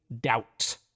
doubt